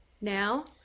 now